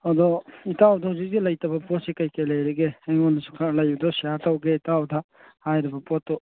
ꯑꯗꯣ ꯏꯇꯥꯎꯗ ꯍꯧꯖꯤꯛ ꯍꯧꯖꯤꯛ ꯂꯩꯇꯕ ꯄꯣꯠꯁꯤ ꯀꯩ ꯀꯩ ꯂꯩꯔꯤꯒꯦ ꯑꯩꯉꯣꯟꯗꯁꯨ ꯈꯔ ꯂꯩꯕꯗꯣ ꯁꯤꯌꯥꯔ ꯇꯧꯒꯦ ꯏꯇꯥꯎꯗ ꯍꯥꯏꯔꯤꯕ ꯄꯣꯠꯇꯣ